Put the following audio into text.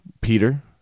Peter